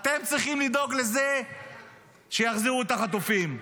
אתם צריכים לדאוג לזה שיחזירו את החטופים.